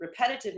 repetitiveness